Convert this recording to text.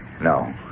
No